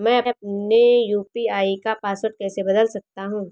मैं अपने यू.पी.आई का पासवर्ड कैसे बदल सकता हूँ?